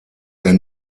der